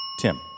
Tim